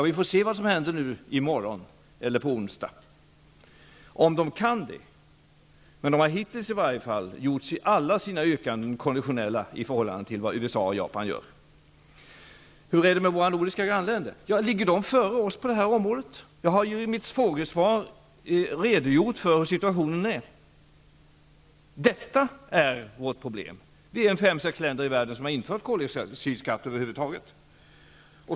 Vi får se vad som händer i morgon eller på onsdag, om de kan göra det. Men alla deras yrkanden har hittills gjorts i förhållande till det USA och Japan gör. Hur är det med våra nordiska grannländer? Ligger de före oss på det här området? Jag har i mitt svar redogjort för hur situationen är. Detta är vårt problem. Vi är fem sex länder i världen som har infört koldioxidskatt över huvud taget.